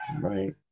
right